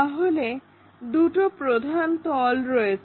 তাহলে দুটো প্রধান তল রয়েছে